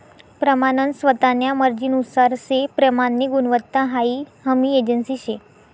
प्रमानन स्वतान्या मर्जीनुसार से प्रमाननी गुणवत्ता हाई हमी एजन्सी शे